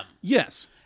yes